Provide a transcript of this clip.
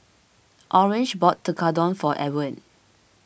Orange bought Tekkadon for Edward